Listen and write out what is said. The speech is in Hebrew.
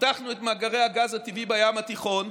פיתחנו את מאגרי הגז הטבעי בים התיכון,